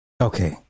Okay